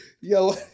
Yo